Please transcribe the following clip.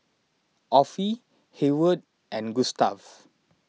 Offie Hayward and Gustav